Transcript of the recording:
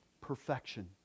Perfection